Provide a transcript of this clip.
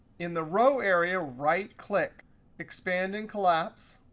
in the row area, right click expand and collapse,